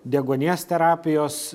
deguonies terapijos